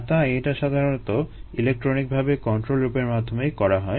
আর তাই এটা সাধারণত ইলেকট্রনিক ভাবে কন্ট্রোল লুপের মাধ্যমেই করা হয়